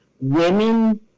women